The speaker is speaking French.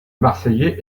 marseillais